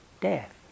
death